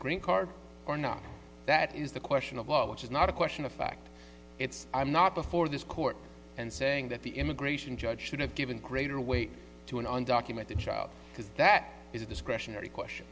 green card or not that is the question of law which is not a question of fact it's i'm not before this court and saying that the immigration judge should have given greater weight to an undocumented child because that is a discretionary question